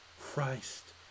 Christ